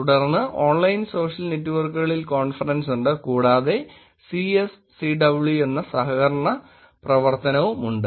തുടർന്ന് online social നെറ്റ് വർക്കുകളിൽ കോൺഫറൻസ് ഉണ്ട് കൂടാതെ CSCW എന്ന സഹകരണ പ്രവർത്തനവും ഉണ്ട്